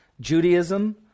Judaism